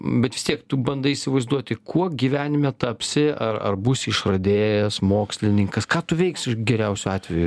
bet vis tiek tu bandai įsivaizduoti kuo gyvenime tapsi ar ar būsi išradėjas mokslininkas ką tu veiksi geriausiu atveju